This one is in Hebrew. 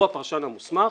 הוא הפרשן המוסמך.